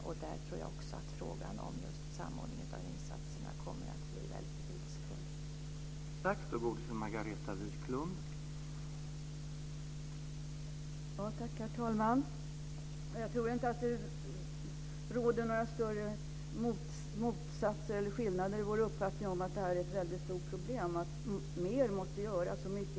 Där tror jag att frågan om just samordning av insatserna kommer att bli väldigt betydelsefull.